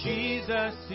Jesus